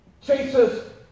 chases